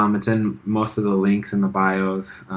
um it's in most of the links and the bios